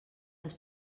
les